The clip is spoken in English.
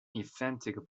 emphatic